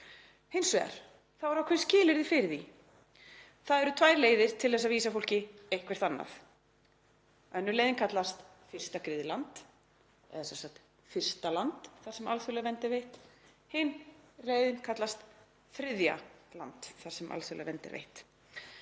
Hins vegar eru ákveðin skilyrði fyrir því. Það eru tvær leiðir til þess að vísa fólki eitthvert annað. Önnur leiðin kallast fyrsta griðland, eða sem sagt fyrsta land þar sem alþjóðleg vernd er veitt, hin leiðin kallast þriðja land þar sem alþjóðleg vernd er veitt.